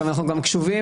אנחנו גם קשובים.